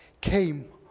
came